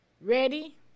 Ready